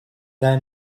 their